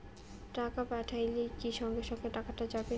টাকা পাঠাইলে কি সঙ্গে সঙ্গে টাকাটা যাবে?